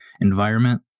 environment